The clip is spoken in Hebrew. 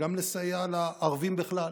וגם לסייע לערבים בכלל.